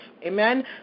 Amen